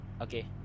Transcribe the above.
okay